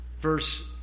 verse